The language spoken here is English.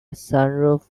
sunroof